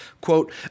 quote